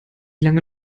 lange